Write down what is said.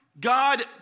God